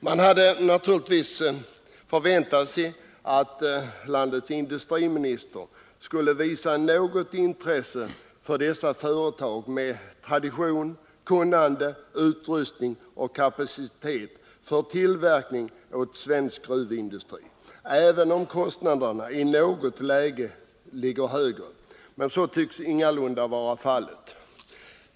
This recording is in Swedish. Man hade naturligtvis väntat sig att landets industriminister skulle visa något intresse för dessa företag med tradition, kunnande, utrustning och kapacitet för tillverkning åt svensk gruvindustri, även om kostnaderna i något läge är högre. Men så tycks ingalunda vara fallet.